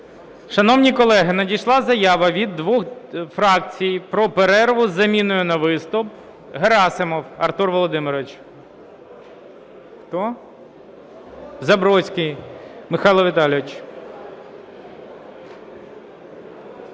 Шановні колеги, надійшла заява від двох фракцій про перерву з заміною на виступ. Герасимов Артур Володимирович. Хто? Забродський Михайло Віталійович.